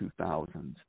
2000s